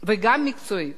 וגם מקצועית.